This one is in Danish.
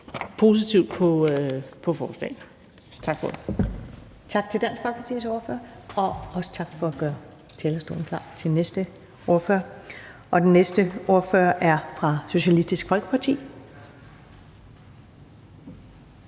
næstformand (Karen Ellemann): Tak til Dansk Folkepartis ordfører, og også tak for at gøre talerstolen klar til næste ordfører. Den næste ordfører er fra Socialistisk Folkeparti,